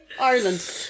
Ireland